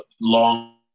long